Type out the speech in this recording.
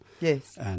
Yes